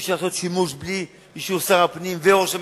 אי-אפשר לעשות שימוש בלי אישור שר הפנים וראש הממשלה.